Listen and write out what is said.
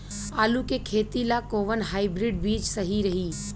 आलू के खेती ला कोवन हाइब्रिड बीज सही रही?